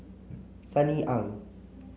Sunny Ang